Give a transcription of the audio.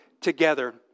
together